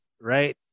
right